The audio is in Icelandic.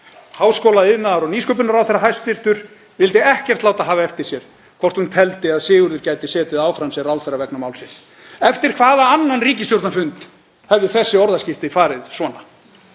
háskóla-, iðnaðar- og nýsköpunarráðherra vildi ekkert láta hafa eftir sér hvort hún teldi að Sigurður gæti setið áfram sem ráðherra vegna málsins. Eftir hvaða annan ríkisstjórnarfund hefðu þessi orðaskipti farið svona?